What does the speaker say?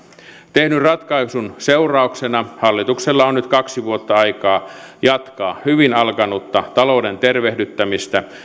tehdyn ratkaisun seurauksena hallituksella on nyt kaksi vuotta aikaa jatkaa hyvin alkanutta talouden tervehdyttämistä